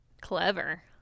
Clever